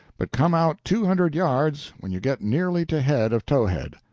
but come out two hundred yards when you get nearly to head of towhead.